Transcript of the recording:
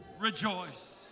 rejoice